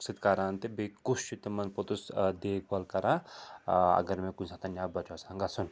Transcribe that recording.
سۭتۍ کَران تہٕ بیٚیہِ کُس چھُ تِمَن پوٚتُس دیکھ بال کَران اگر مےٚ کُنہِ ساتَن نٮ۪بر چھُ آسان گژھُن